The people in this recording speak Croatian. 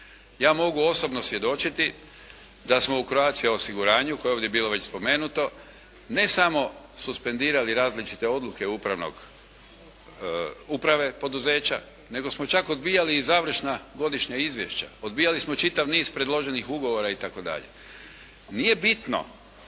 Ja mogu osobno svjedočiti da smo u Croatia Osiguranju koje je ovdje bilo već spomenuto, ne samo suspendirali različite odluke uprave poduzeća nego smo čak odbijali i završna godišnja izvješća, odbijali smo čitav niz predloženih ugovora itd. Nije bitno